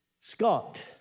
Scott